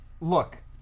Look